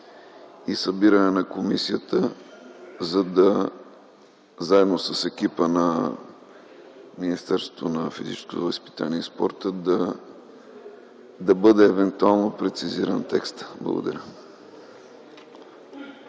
и събиране на комисията, за да може заедно с екипа на физическото възпитание и спорта да бъде евентуално прецизиран текстът. Благодаря.